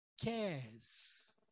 cares